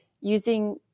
using